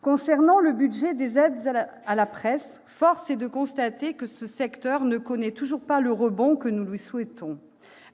Concernant le budget des aides à la presse, force est de constater que ce secteur ne connaît toujours pas le rebond que nous lui souhaitons.